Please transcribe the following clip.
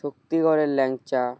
শক্তিগড়ের ল্যাংচা